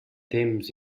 temps